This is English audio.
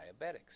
diabetics